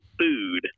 food